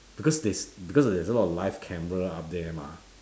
because there's because there's a lot of live camera up there mah